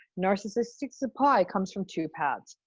narcissistic supply comes from two paths.